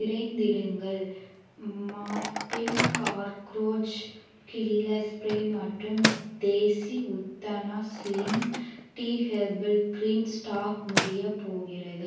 விரைந்திடுங்கள் Mortein cockroach killer spray மற்றும் தேசி உத்தனா slim tea herbal green stock முடியப் போகிறது